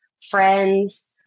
friends